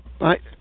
right